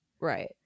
Right